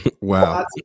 Wow